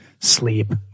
sleep